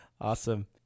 Awesome